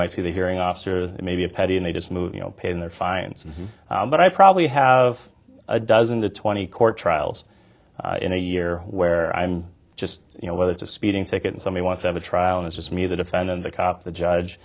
might see the hearing officer maybe a petty and they just move you know paying their fines but i probably have a dozen to twenty court trials in a year where i'm just you know whether it's a speeding ticket in some way want to have a trial and it's just me the defendant the cop the judge